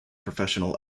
professional